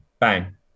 bang